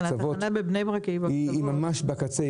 התחנה בבני ברק היא ממש בקצה,